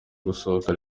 gusohoka